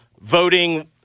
voting